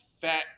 fat